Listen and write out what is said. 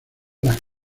las